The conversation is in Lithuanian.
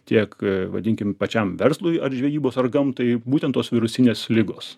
tiek vadinkim pačiam verslui ar žvejybos ar gamtai būtent tos virusinės ligos